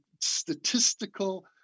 statistical